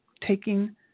taking